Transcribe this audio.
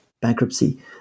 bankruptcy